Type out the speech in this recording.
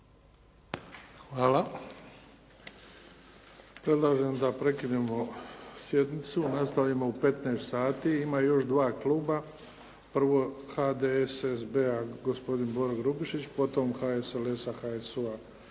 Hvala. Predlažem da prekinemo sjednicu. Nastavljamo u 15 sati. Ima još dva kluba. Prvo HDSSB-a gospodin Boro Grubišić. Potom HSLS-a HSU-a